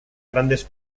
grandes